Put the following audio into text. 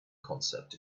concept